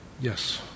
Yes